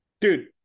Dude